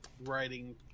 writing